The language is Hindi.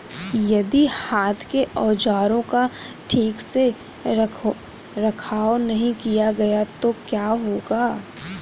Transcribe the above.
यदि हाथ के औजारों का ठीक से रखरखाव नहीं किया गया तो क्या होगा?